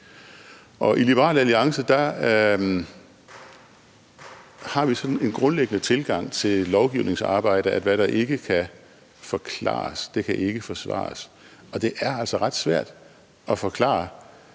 I Liberal Alliance har vi sådan en grundlæggende tilgang til lovgivningsarbejde, at hvad der ikke kan forklares, kan ikke forsvares, og det er altså ret svært at forklare,